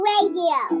Radio